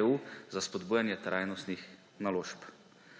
EU za spodbujanje trajnostnih naložb.